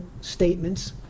statements